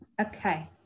okay